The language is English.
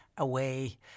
away